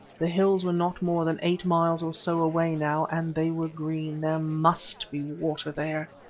the hills were not more than eight miles or so away now, and they were green. there must be water there.